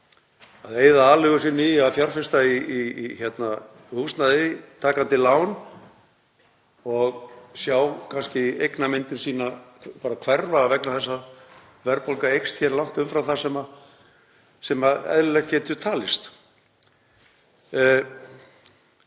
að eyða aleigu sinni í að fjárfesta í húsnæði, takandi lán, að sjá kannski eignamyndun sína bara hverfa vegna þess að verðbólga eykst hér langt umfram það sem eðlilegt getur talist.